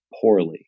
poorly